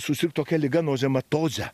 susirgt tokia liga nozematoze